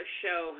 show